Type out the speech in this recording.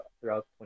throughout